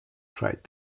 cried